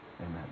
Amen